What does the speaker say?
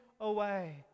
away